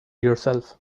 yourself